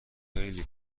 خیلی